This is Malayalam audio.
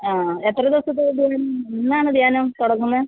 ആ എത്ര ദിവസത്തെ ധ്യാനം എന്നാണ് ധ്യാനം തുടങ്ങുന്നത്